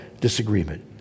disagreement